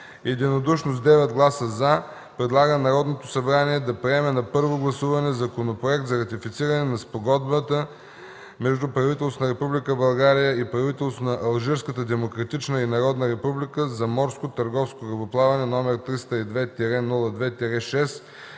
единодушно – с 9 гласа “за”, предлага на Народното събрание да приеме на първо гласуване Законопроект за ратифициране на Спогодбата между правителството на Република България и правителството на Алжирската демократична и народна република за морско търговско корабоплаване, № 302-02-6,